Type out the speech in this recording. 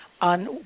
on